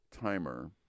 timer